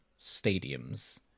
stadiums